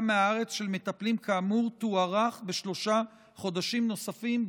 מהארץ של מטפלים כאמור תוארך בשלושה חודשים נוספים,